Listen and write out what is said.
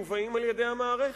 שמיובאים על-ידי המערכת.